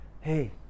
Hey